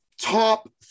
top